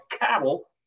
cattle